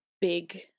big